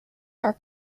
are